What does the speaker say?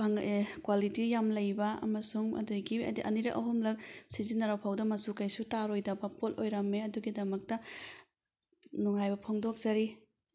ꯐꯪꯉꯛꯑꯦ quality ꯌꯥꯝꯅ ꯂꯩꯕ ꯑꯃꯁꯨꯡ ꯑꯗꯨꯗꯒꯤꯗꯤ ꯑꯅꯤꯔꯛ ꯑꯍꯨꯝꯂꯛ ꯁꯤꯖꯤꯟꯅꯔꯕ ꯐꯥꯎꯕꯗ ꯃꯆꯨ ꯀꯔꯤꯁꯨ ꯇꯥꯔꯣꯏꯗꯕ ꯄꯣꯠ ꯑꯣꯏꯔꯝꯂꯦ ꯑꯗꯨꯒꯤꯗꯃꯛꯇ ꯅꯨꯡꯉꯥꯏꯕ ꯐꯣꯡꯗꯣꯛꯆꯔꯤ